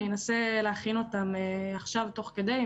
אני אנסה להכין אותם עכשיו תוך כדי.